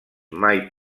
mai